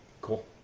Cool